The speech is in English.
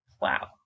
wow